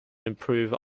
improve